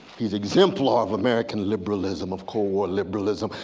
he's exemplar of american liberalism of cohort liberalism,